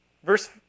Verse